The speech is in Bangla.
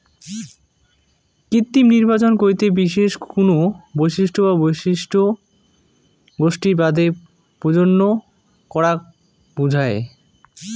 কৃত্রিম নির্বাচন কইতে বিশেষ কুনো বৈশিষ্ট্য বা বৈশিষ্ট্য গোষ্ঠীর বাদে প্রজনন করাক বুঝায়